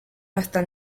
hasta